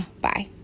Bye